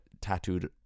tattooed